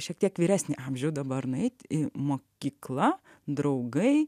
šiek tiek vyresnį amžių dabar nueit į mokyklą draugai